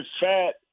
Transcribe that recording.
fat